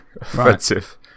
offensive